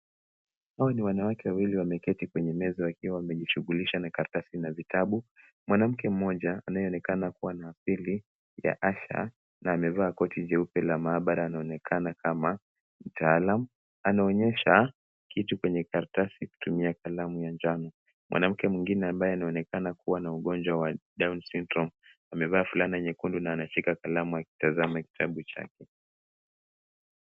Hawa ni wanawake wawili wameketi kwenye meza wakiwa wamejishughulisha na karatasi na vitabu. Mwanamke mmoja anayeonekana kuwa na asili ya Asia na amevaa koti jeupe la maabara anaonekana kama mtaalam anaonyesha kitu kwenye karatasi akitumia kalamu ya njano. Mwanamke mwingine ambaye anaonekana kuwa na ugonjwa wa Down Syndrome amevaa fulana nyekundu na anashika kalamu akitazama kitabu chake.